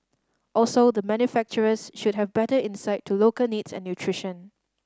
also the manufacturers should have better insight to local needs and nutrition